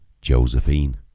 Josephine